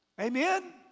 Amen